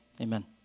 amen